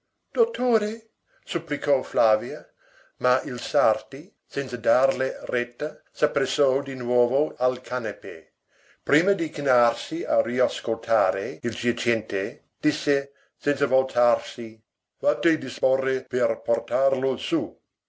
dottore supplicò flavia ma il sarti senza darle retta s'appressò di nuovo al canapè prima di chinarsi a riascoltare il giacente disse senza voltarsi fate disporre per portarlo su